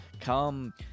Come